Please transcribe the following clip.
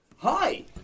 Hi